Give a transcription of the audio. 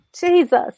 Jesus